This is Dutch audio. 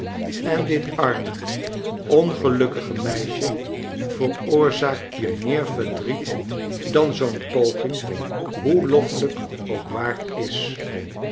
en dit arme ongelukkige meisje veroorzaakt je meer verdriet dan zoo'n poging hoe loffelijk ook waard is